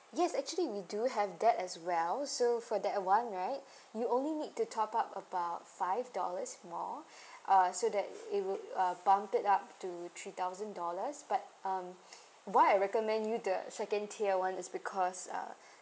yes actually we do have that as well so for that one right you only need to top up about five dollars more uh so that it would uh pump it up to three thousand dollars but um why I recommend you the second tier one is because uh